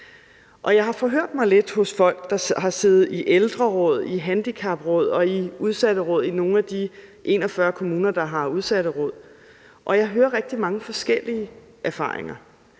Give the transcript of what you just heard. Jeg har forhørt mig lidt hos folk, der har siddet i ældreråd, i handicapråd og i udsatteråd i nogle af de 41 kommuner,